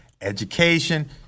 education